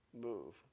move